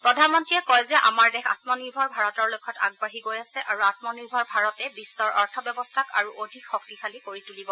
প্ৰধানমন্ত্ৰীয়ে কয় যে আমাৰ দেশ আয়নিৰ্ভৰ ভাৰতৰ লক্ষ্যত আগবাঢ়ি গৈ আছে আৰু আমনিৰ্ভৰ ভাৰতে বিশ্বৰ অৰ্থব্যৱস্থাক আৰু অধিক শক্তিশালী কৰি তুলিব